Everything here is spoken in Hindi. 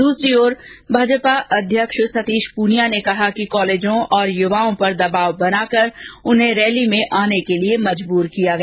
द्सरी ओर प्रदेश भाजपा अध्यक्ष सतीश पूनिया ने कहा कि कॉलेजों और युवाओं पर दबाव बनाकर उन्हें रैली में आने के लिए मजबूर किया गया